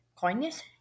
kindness